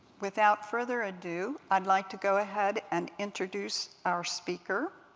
without further ado, i'd like to go ahead and introduce our speaker.